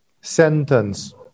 sentence